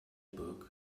book